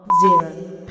zero